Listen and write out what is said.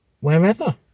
wherever